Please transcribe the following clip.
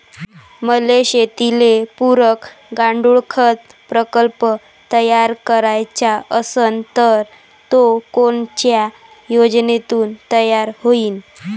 मले शेतीले पुरक गांडूळखत प्रकल्प तयार करायचा असन तर तो कोनच्या योजनेतून तयार होईन?